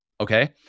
Okay